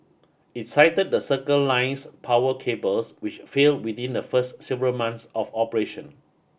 it cited the Circle Line's power cables which failed within the first several months of operation